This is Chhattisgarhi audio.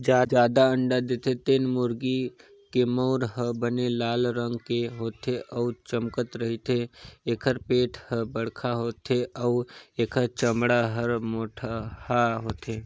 जादा अंडा देथे तेन मुरगी के मउर ह बने लाल रंग के होथे अउ चमकत रहिथे, एखर पेट हर बड़खा होथे अउ एखर चमड़ा हर मोटहा होथे